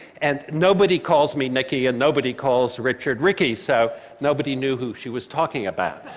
and nobody calls me nicky and nobody calls richard ricky, so nobody knew who she was talking about.